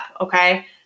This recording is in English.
Okay